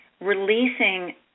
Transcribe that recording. releasing